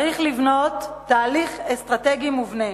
צריך לבנות תהליך אסטרטגי מובנה.